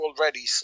already